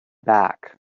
back